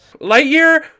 Lightyear